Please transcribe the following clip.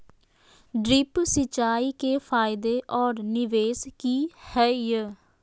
Drip सिंचाई के फायदे और निवेस कि हैय?